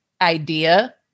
idea